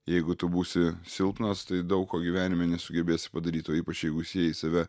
jeigu tu būsi silpnas tai daug ko gyvenime nesugebėsi padaryt o ypač jeigu sieji save